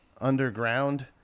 Underground